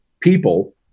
people